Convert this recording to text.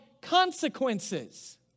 consequences